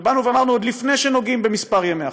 ובאנו ואמרנו: עוד לפני שנוגעים במספר ימי החופש,